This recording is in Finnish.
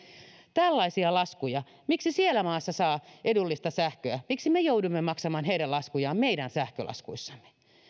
tällaisia laskuja miksi siellä maassa saa edullista sähköä miksi me joudumme maksamaan heidän laskujaan meidän sähkölaskuissamme